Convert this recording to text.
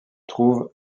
trouve